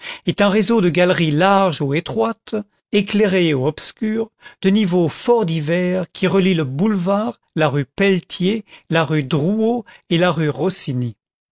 est un réseau de galeries larges ou étroites éclairées ou obscures de niveaux forts divers qui relient le boulevard la rue lepeletier la rue drouot et la rue piossini